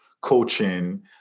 coaching